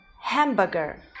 Hamburger